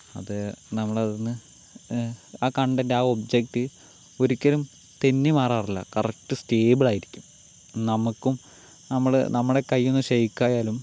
അത് നമ്മൾ അത് ഒന്ന് ആ കണ്ടൻറ്റ് ആ ഒബ്ജെക്ട് ഒരിക്കലും തെന്നിമാറാറില്ല കറക്റ്റ് സ്റ്റേബിൾ ആയിരിക്കും നമുക്കും നമ്മുടെ കയ്യൊന്നു ഷേക്ക് ആയാലും